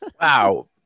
Wow